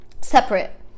separate